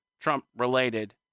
Trump-related